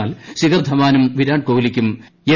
എന്നാൽ ശിഖർ ധവാനും വിരാട് കോഹ്ലിക്കും എം